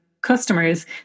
customers